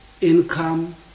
income